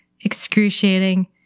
excruciating